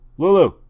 Lulu